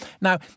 Now